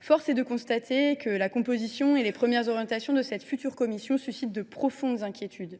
Force est de constater que la composition et les premières orientations de cette future Commission suscitent de profondes inquiétudes.